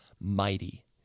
mighty